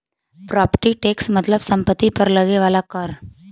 property tax मतलब सम्पति पर लगे वाला कर